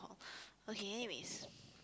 okay anyways